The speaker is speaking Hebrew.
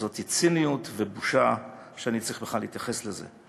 אז זאת ציניות ובושה שאני צריך בכלל להתייחס לזה.